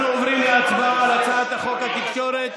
אנחנו עוברים להצבעה על הצעת חוק התקשורת